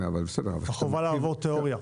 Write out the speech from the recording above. חובה לעבור תיאוריה.